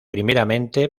primeramente